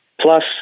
plus